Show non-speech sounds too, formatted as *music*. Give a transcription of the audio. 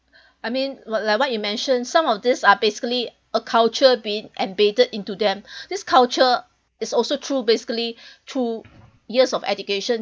I mean what like what you mention some of these are basically a culture being embedded into them *breath* this culture is also through basically through years of education